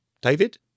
David